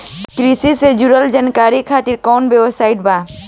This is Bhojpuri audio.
कृषि से जुड़ल जानकारी खातिर कोवन वेबसाइट बा?